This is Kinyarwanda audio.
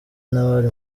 n’abari